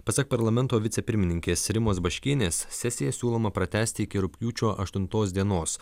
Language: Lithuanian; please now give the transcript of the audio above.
pasak parlamento vicepirmininkės rimos baškienės sesiją siūloma pratęsti iki rugpjūčio aštuntos dienos